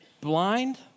blind